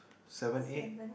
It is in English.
seven eight